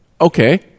Okay